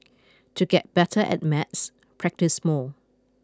to get better at maths practise more